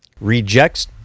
rejects